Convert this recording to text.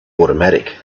automatic